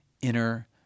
inner